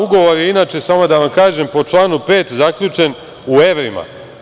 Ugovor je inače, samo da vam kažem, po članu 5, zaključen u evrima.